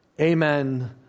Amen